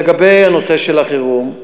לגבי נושא החירום,